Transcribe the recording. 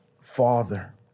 father